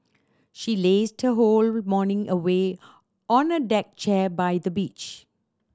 she lazed her whole morning away on a deck chair by the beach